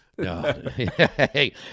Hey